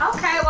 Okay